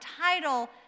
title